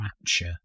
rapture